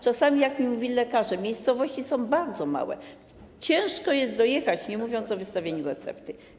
Czasami, jak mówili mi lekarze - miejscowości są bardzo małe - ciężko jest dojechać, nie mówiąc o wystawieniu recepty.